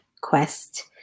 quest